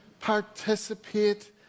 participate